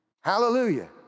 Hallelujah